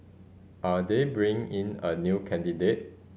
are they bringing in a new candidate